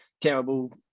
terrible